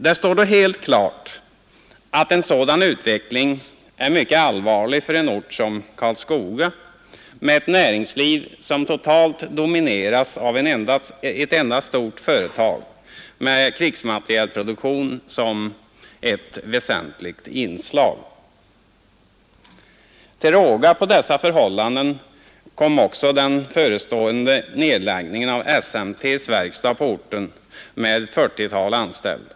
Det torde stå helt klart att en sådan utveckling är mycket allvarlig för en ort som Karlskoga med ett näringsliv som totalt domineras av ett enda stort företag med krigsmaterielproduktion som ett väsentligt inslag. Till råga på dessa förhållanden kom också den förestående nedläggningen av SMT:s verkstad på orten med ett 40-tal anställda.